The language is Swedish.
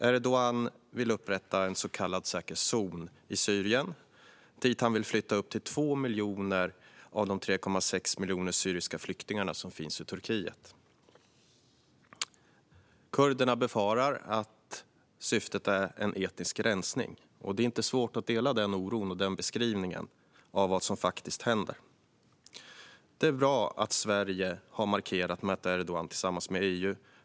Erdogan vill upprätta en så kallad säkerhetszon i Syrien, dit han vill flytta upp till 2 miljoner av de 3,6 miljoner syriska flyktingar som finns i Turkiet. Kurderna befarar att syftet är etnisk rensning, och det är inte svårt att dela den oron eller instämma i den beskrivningen av vad som faktiskt händer. Det är bra att Sverige har markerat mot Erdogan tillsammans med EU.